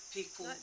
people